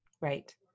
Right